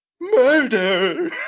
Murder